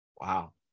Wow